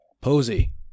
Posey